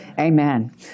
amen